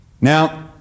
Now